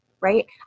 right